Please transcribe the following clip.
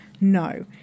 no